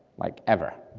like ever.